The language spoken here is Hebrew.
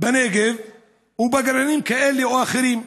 בנגב ובגרעינים כאלה או אחרים.